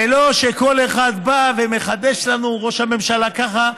ולא שכל אחד בא ומחדש לנו: ראש הממשלה ככה,